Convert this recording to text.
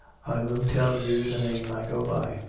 i will tell you the name i go by.